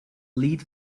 lead